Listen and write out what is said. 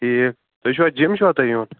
ٹھیٖک تُہۍ چھُوا جٕم چھُوا تۅہہِ یُن